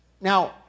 Now